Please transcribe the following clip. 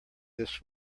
this